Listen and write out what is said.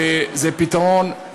זה פתרון,